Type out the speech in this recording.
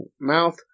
mouth